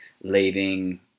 leaving